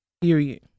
Period